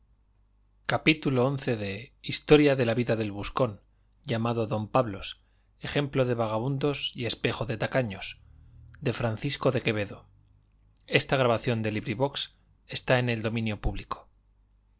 gutenberg ebook historia historia de la vida del buscón llamado don pablos ejemplo de vagamundos y espejo de tacaños de francisco de quevedo y villegas libro primero capítulo i en que